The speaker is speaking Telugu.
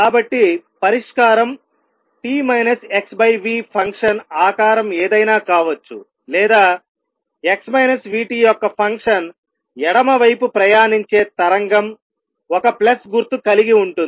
కాబట్టి పరిష్కారం t - xv ఫంక్షన్ ఆకారం ఏదైనా కావచ్చు లేదా x v t యొక్క ఫంక్షన్ ఎడమ వైపు ప్రయాణించే తరంగం ఒక ప్లస్ గుర్తు కలిగి ఉంటుంది